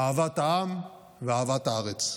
אהבת העם ואהבת הארץ.